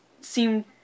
seem